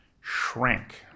shrank